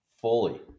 Fully